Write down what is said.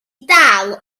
dal